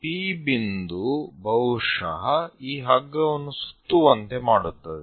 P ಬಿಂದು ಬಹುಶಃ ಈ ಹಗ್ಗವನ್ನು ಸುತ್ತುವಂತೆ ಮಾಡುತ್ತದೆ